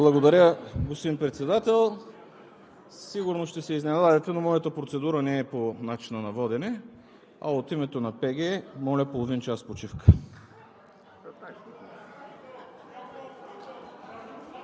Благодаря, господин Председател. Сигурно ще се изненадате, но моята процедура не е по начина на водене, а от името на парламентарната група